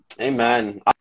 Amen